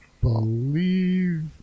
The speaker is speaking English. believe